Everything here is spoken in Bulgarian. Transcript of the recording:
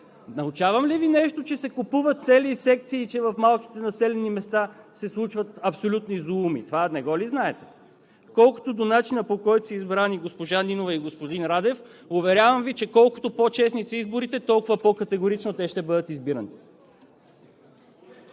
Научавам ли Ви нещо, че се купуват цели секции и че в малките населени места се случват абсолютни зулуми – това не го ли знаете? (Реплики от ГЕРБ.) Колкото до начина, по който са избрани госпожа Нинова и господин Радев – уверявам Ви, че колкото по-честни са изборите, толкова по-категорично те ще бъдат избирани!